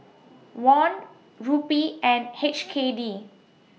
Won Rupee and H K D